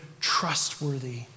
trustworthy